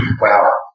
Wow